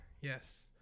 yes